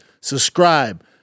subscribe